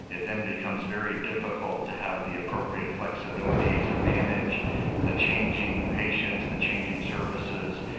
it then becomes very difficult to have the appropriate flexibility to manage the changing patients, the changing services,